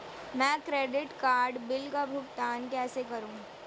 मैं credit card bill का भुगतान कैसे करूं?